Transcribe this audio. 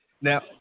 Now